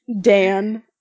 Dan